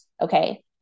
okay